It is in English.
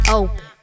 open